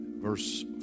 verse